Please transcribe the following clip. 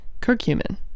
curcumin